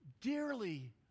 dearly